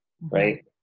right